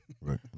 right